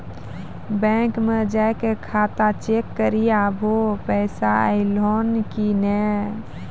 bank मे जाय के खाता चेक करी आभो पैसा अयलौं कि नै